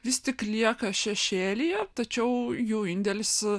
vis tik lieka šešėlyje tačiau jų indėlis